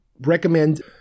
recommend